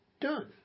done